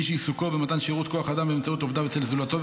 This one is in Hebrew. מי שעיסוקו במתן שירותי כוח אדם באמצעות עובדיו אצל זולתו,